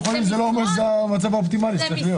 זה שיכולים זה לא אומר שזה המצב האופטימלי שצריך להיות.